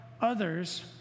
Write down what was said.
others